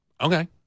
Okay